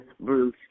Bruce